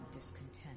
discontent